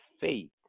faith